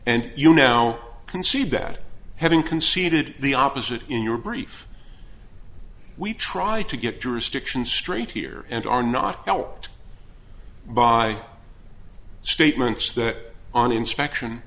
and you now concede that having conceded the opposite in your brief we tried to get jurisdiction straight here and are not helped by statements that on inspection